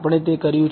આપણે તે કર્યું છે